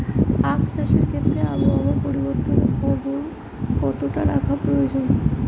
আখ চাষের ক্ষেত্রে আবহাওয়ার পরিবর্তনের খবর কতটা রাখা প্রয়োজন?